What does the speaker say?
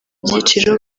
byiciro